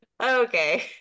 Okay